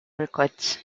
records